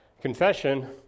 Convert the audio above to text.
Confession